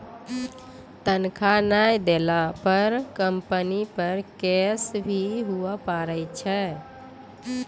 तनख्वाह नय देला पर कम्पनी पर केस भी हुआ पारै छै